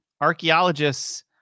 Archaeologists